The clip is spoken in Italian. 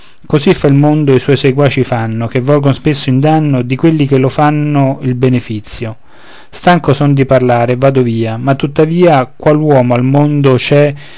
così fa il mondo e i suoi seguaci fanno che volgon spesso in danno di quelli che lo fanno il benefizio stanco son di parlarne e vado via ma tuttavia qual uomo al mondo c'è